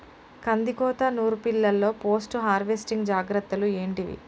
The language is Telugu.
కందికోత నుర్పిల్లలో పోస్ట్ హార్వెస్టింగ్ జాగ్రత్తలు ఏంటివి?